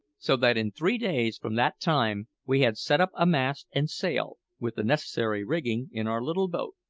so that in three days from that time we had set up a mast and sail with the necessary rigging, in our little boat.